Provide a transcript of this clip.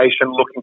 looking